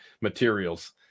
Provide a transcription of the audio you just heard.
materials